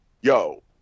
yo